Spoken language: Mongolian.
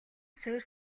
суурь